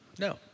no